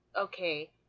okay